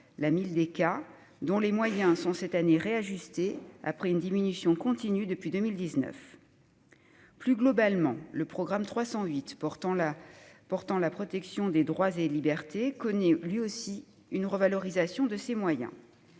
la Mildeca, dont les moyens sont cette année réajustés, après une diminution continue depuis 2019. Plus globalement, le programme 308, « Protection des droits et libertés », connaît lui aussi une revalorisation de ses moyens.